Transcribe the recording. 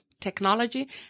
technology